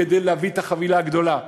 כדי להביא את החבילה הגדולה.